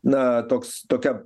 na toks tokia